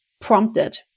prompted